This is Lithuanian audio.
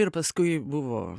ir paskui buvo